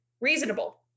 reasonable